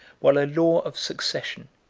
while a law of succession,